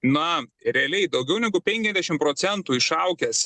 na realiai daugiau negu penkiasdešim procentų išaugęs